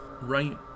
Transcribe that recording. right